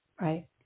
Right